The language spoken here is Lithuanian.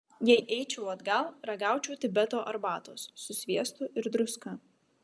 jei eičiau atgal ragaučiau tibeto arbatos su sviestu ir druska